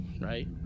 Right